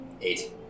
Eight